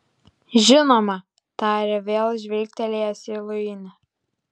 žinoma tarė vėl žvilgtelėjęs į luinį